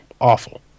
awful